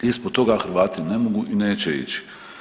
Ispod toga Hrvati ne mogu i neće ići.